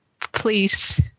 please